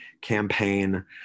campaign